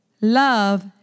Love